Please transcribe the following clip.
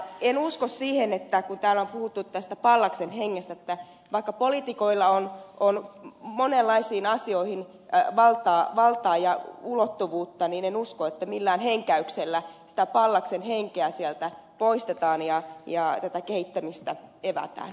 en usko siihen kun täällä on puhuttu tästä pallaksen hengestä että vaikka poliitikoilla on monenlaisiin asioihin valtaa ja ulottuvuutta niin en usko että millään henkäyksellä sitä pallaksen henkeä sieltä poistetaan ja tätä kehittämistä evätään